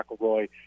McElroy